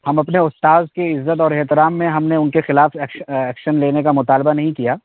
ہم اپنے استاد کی عزت اور احترام میں ہم نے ان کے خلاف ایکشن لینے کا مطالبہ نہیں کیا